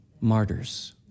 martyrs